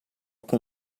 com